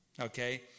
Okay